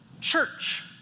church